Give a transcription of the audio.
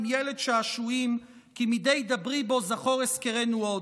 ילד שעשועים כי מדי דַברי בו זכור אזכרנו עוד".